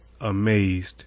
amazed